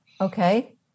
Okay